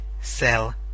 sell